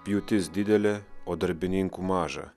pjūtis didelė o darbininkų maža